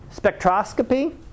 Spectroscopy